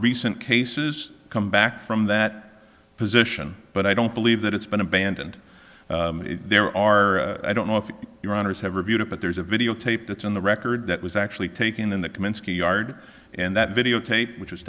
recent cases come back from that position but i don't believe that it's been abandoned there are i don't know if your honour's have reviewed it but there's a videotape that's on the record that was actually taken in the kaminsky yard and that videotape which was